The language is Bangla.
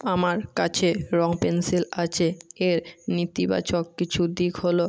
আমার কাছে রঙ পেনসিল আছে এর নীতিবাচক কিছু দিক হলো